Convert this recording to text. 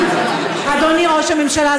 אדוני ראש הממשלה,